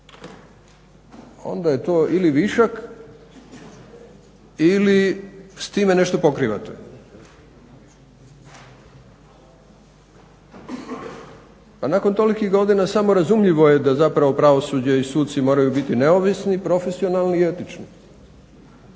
onda je to ili višak ili s time nešto pokrivate. A nakon tolikih godina samo razumljivo je da zapravo pravosuđe i suci moraju biti neovisni, profesionalni i etični.